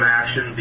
action